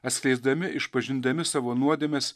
atskleisdami išpažindami savo nuodėmes